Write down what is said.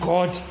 God